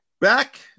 Back